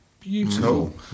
Beautiful